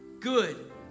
good